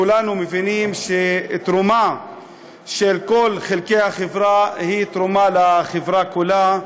כולנו מבינים שתרומה של כל חלקי החברה היא תרומה לחברה כולה,